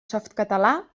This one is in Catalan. softcatalà